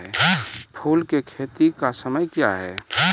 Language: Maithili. फुल की खेती का समय क्या हैं?